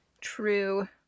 True